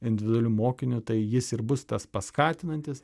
individualiu mokiniu tai jis ir bus tas paskatinantis